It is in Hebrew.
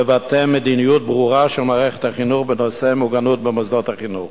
מבטא מדיניות ברורה של מערכת החינוך בנושא מוגנות במוסדות החינוך.